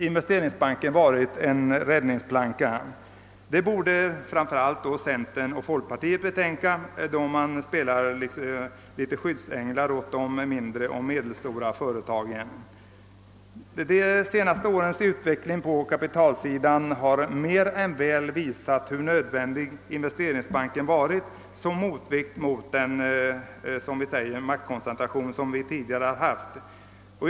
Investeringsbanken har liksom varit en räddningsplanka — det borde framför allt centerpartiet och folkpartiet betänka, då de spelar skyddsänglar åt de mindre och medelstora företagen. De senare årens utveckling på kapitalsidan har mer än väl visat hur nödvändig Investeringsbanken varit som motvikt till den ekonomiska maktkoncentration som vi tidigare har haft.